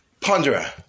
Ponderer